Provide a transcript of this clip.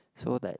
so that